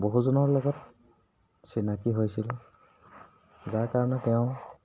বহুজনৰ লগত চিনাকি হৈছিল যাৰ কাৰণে তেওঁ